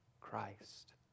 Christ